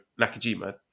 Nakajima